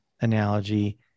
analogy